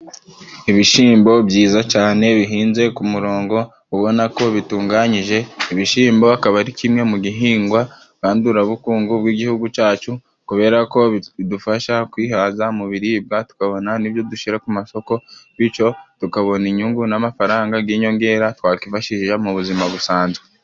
Ibishimbo byiza cyane bihinze ku murongo ubona ko bitunganyije ibishyimbo akaba ari kimwe mu gihingwa gandurabukungu bw'igihugu cyacu kubera ko bidufasha kwihaza mu biribwa tukabona nibyo dushyira ku masoko bityo tukabona inyungu n'amafaranga g'inyongera twakwifashisha mu buzima busanzwe.